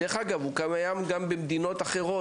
דרך אגב, הוא גם קיים במדינות אחרות.